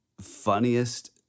funniest